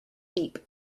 deep